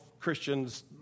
christians